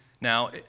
now